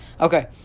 Okay